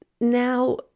Now